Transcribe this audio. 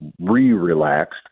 re-relaxed